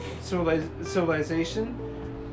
civilization